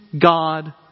God